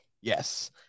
yes